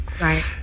right